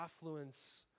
affluence